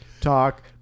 Talk